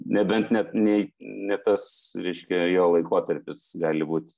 nebent net nei ne tas reiškia jo laikotarpis gali būt